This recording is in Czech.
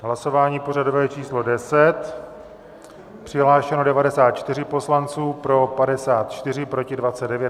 Hlasování pořadové číslo 10. Přihlášeno 94 poslanců, pro 54, proti 29.